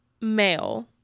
male